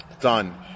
done